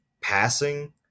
passing